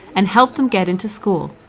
and helped them get into school.